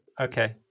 Okay